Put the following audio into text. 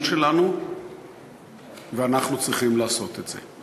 שלנו ואנחנו צריכים לעשות את זה.